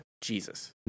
Jesus